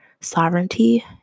sovereignty